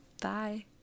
Bye